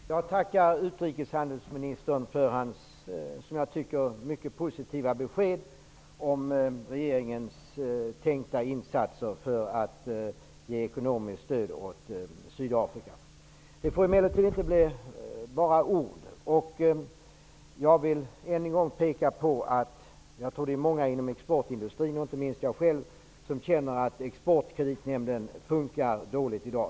Fru talman! Jag tackar utrikeshandelsministern för hans positiva besked om regeringens tänkta insatser för att ge ekonomiskt stöd till Sydafrika. Det får emellertid inte bara bli fråga om ord. Jag vill än en gång peka på att många inom exportindustrin, och inte minst jag själv, känner att Exportkreditnämnden fungerar dåligt i dag.